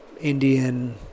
Indian